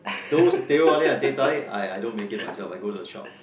those teh O alia and teh tarik I don't make myself I go to the shop